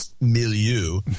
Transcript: milieu